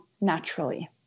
naturally